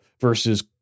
versus